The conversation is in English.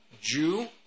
Jew